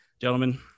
gentlemen